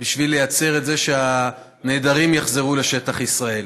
בשביל לייצר את זה שהנעדרים יחזרו לשטח ישראל,